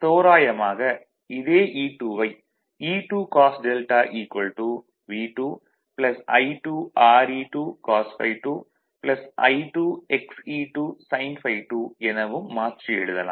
தோராயமாக இதே E2 வை E2 cos δ V2 I2 Re2 cos ∅2 I2 Xe2 sin ∅2 எனவும் மாற்றி எழுதலாம்